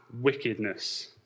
wickedness